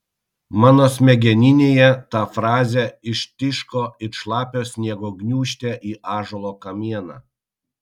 mano smegeninėje ta frazė ištiško it šlapio sniego gniūžtė į ąžuolo kamieną